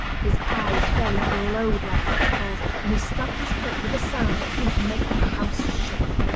his eyes fairly glowed like hot coals, and he stamped his foot with a sound that seemed to make the house shake.